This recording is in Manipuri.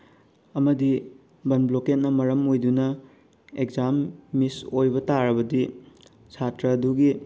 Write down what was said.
ꯑꯃꯗꯤ ꯕꯟ ꯕ꯭ꯂꯣꯀꯦꯠꯅ ꯃꯔꯝ ꯑꯣꯏꯗꯨꯅ ꯑꯦꯛꯖꯥꯝ ꯃꯤꯁ ꯑꯣꯏꯕ ꯇꯥꯔꯕꯗꯤ ꯁꯥꯇ꯭ꯔꯗꯨꯒꯤ